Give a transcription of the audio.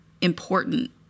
important